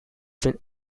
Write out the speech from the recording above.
been